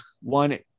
one